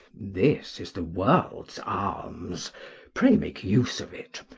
this is the world's alms pray make use of it.